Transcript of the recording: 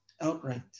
outright